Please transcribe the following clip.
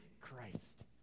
Christ